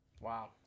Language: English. Wow